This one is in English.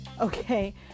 okay